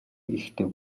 ихтэй